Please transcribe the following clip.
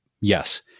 Yes